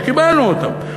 שקיבלנו אותם,